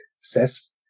says